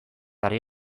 ari